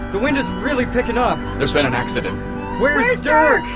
the wind is really picking up! there's been an accident where's dirk?